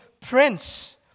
Prince